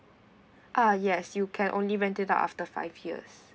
uh yes you can only rent it out after five years